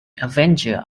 avenger